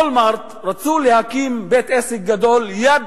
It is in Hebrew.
רשת Wallmart רצתה להקים בית-עסק גדול ליד